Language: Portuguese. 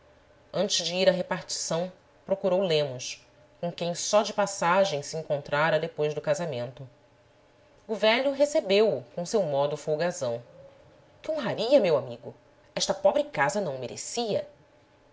antes de ir à repartição procurou lemos com quem só de passagem se encontrara depois do casamento o velho recebeu-o com o seu modo folgazão que honraria meu amigo esta pobre casa não o me recia